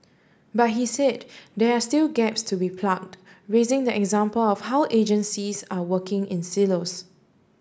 but he said there are still gaps to be plugged raising the example of how agencies are working in silos